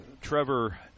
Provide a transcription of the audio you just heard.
Trevor